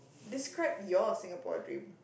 describe your Singapore dream